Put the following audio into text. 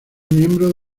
miembro